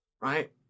right